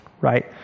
right